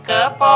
up